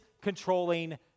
controlling